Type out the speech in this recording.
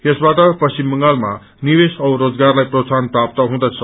यसबाट पश्चिम बंगालमा निवेश औ रोजगारलाई प्रोतसाहन प्राप्त हुँदछ